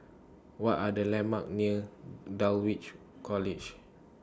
What Are The landmarks near Dulwich College